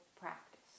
practice